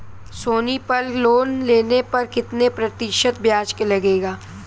सोनी पल लोन लेने पर कितने प्रतिशत ब्याज लगेगा?